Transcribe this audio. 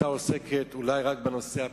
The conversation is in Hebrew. שהיתה עוסקת אולי רק בנושא הפלילי.